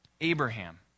Abraham